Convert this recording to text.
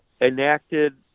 enacted